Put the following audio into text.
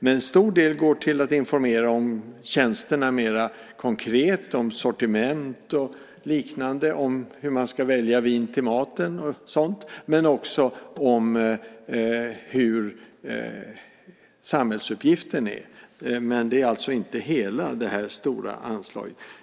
En stor del går till att informera om tjänsterna mera konkret - om sortiment och liknande och om hur man väljer vin till maten och sådant - men också om samhällsuppgiften. Men det gäller inte hela det här stora anslaget.